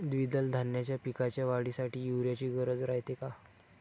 द्विदल धान्याच्या पिकाच्या वाढीसाठी यूरिया ची गरज रायते का?